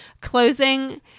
closing